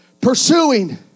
pursuing